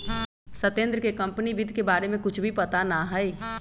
सत्येंद्र के कंपनी वित्त के बारे में कुछ भी पता ना हई